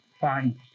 Fine